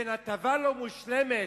בין הטבה לא מושלמת,